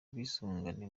ubwisungane